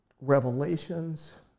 revelations